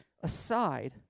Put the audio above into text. aside